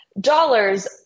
Dollars